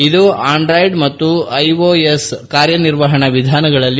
ಇದು ಆಂಡ್ರಾಯ್ಡ್ ಮತ್ತು ಐಒಎಸ್ ಕಾರ್ಯನಿರ್ವಹಣಾ ವಿಧಾನಗಳಲ್ಲಿ ಲಭ್ಯವಿದೆ